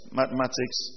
mathematics